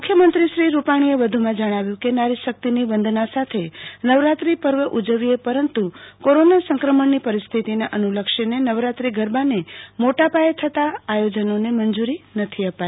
મુખ્યમંત્રી શ્રી રૂપાણીએ વધુમાં જણાવ્યું કે નારીશક્તિની વંદના સાથે નવરાત્રી પર્વ ઉજવીએ પરંતુ કોરોના સંક્રમણ ની પરિસ્થિતિને અનુલક્ષીને નવરાત્રી ગરબા ના મોટા પાયે થતા આયોજનો ને મંજુરી નથી અપાઈ